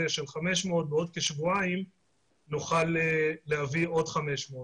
של 500 בעוד כשבועיים נוכל להביא עוד 500,